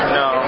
no